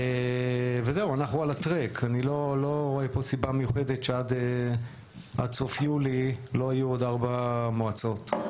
אני לא רואה פה סיבה מיוחדת שעד סוף יולי לא יהיו עוד ארבע מועצות.